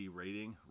rating